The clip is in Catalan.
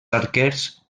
arquers